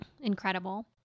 Incredible